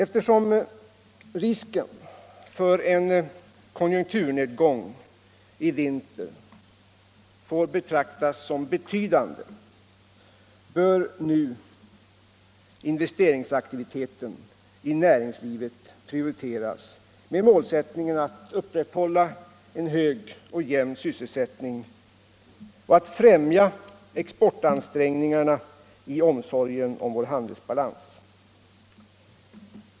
Eftersom risken för en konjunkturnedgång i vinter får betraktas som betydande, bör nu investeringsaktiviteten i näringslivet prioriteras med målsättningen att man skall upprätthålla en hög och jämn sysselsättning och främja exportansträngningarna i omsorgen om vår handelsbalans.